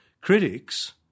critics